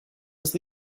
was